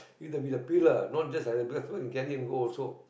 eat a bit of pill lah not just like that bless will get him go also